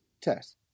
Test